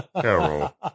Carol